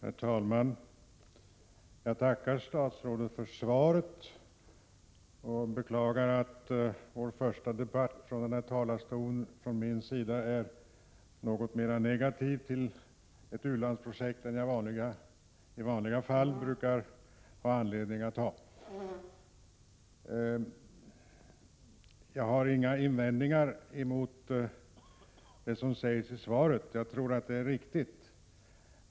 Herr talman! Jag tackar statsrådet för svaret och beklagar att jag i vår första debatt från denna talarstol är något mera negativ till ett u-landsprojekt än vad jag i vanliga fall brukar ha anledning att vara. Jag har inga invändningar emot det som sägs i svaret; jag tror att det är riktigt.